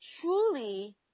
truly